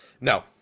No